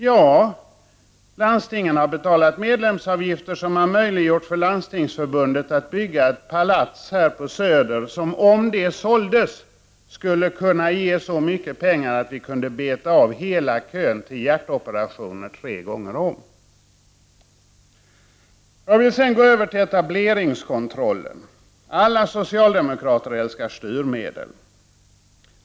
Ja, landstingen har betalat medlemsavgifter som har möjliggjort för Landstingsförbundet att bygga ett palats här på söder, som om det såldes skulle kunna ge så mycket pengar att vi kunde beta av hela kön till hjärtoperationer tre gånger om. Jag vill sedan gå över till etableringskontrollen. Alla socialdemokrater älskar styrmedel.